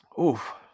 Oof